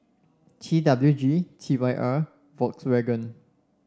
T W G T Y R Volkswagen